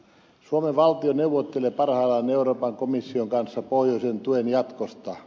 suomen valtio neuvottelee parhaillaan euroopan komission kanssa pohjoisen tuen jatkosta